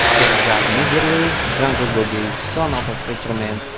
we've got misirlou. jungle boogie. son of a preacher man.